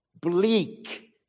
bleak